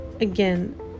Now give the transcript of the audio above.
Again